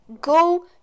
Go